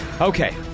Okay